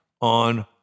on